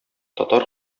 татар